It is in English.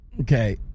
Okay